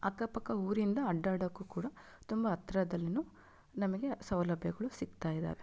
ಅಕ್ಕಪಕ್ಕ ಊರಿಂದ ಅಡ್ಡಾಡ್ಡೋಕ್ಕೂ ಕೂಡ ತುಂಬ ಹತ್ತಿರದಲ್ಲಿಯೂ ನಮಗೆ ಸೌಲಭ್ಯಗಳು ಸಿಕ್ತಾ ಇದ್ದಾವೆ